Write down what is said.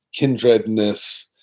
kindredness